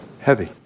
heavy